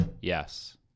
Yes